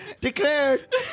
declared